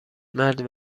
مرد